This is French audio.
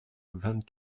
vingt